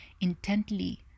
intently